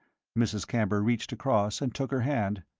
mrs. camber reached across and took her hand.